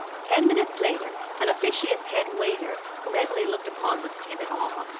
ten minutes later an officious head waiter, whom emily looked upon with timid awe,